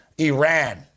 Iran